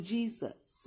Jesus